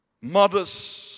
Mothers